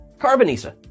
Carbonisa